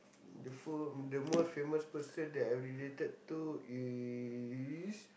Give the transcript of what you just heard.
the fool the most famous person that I related to is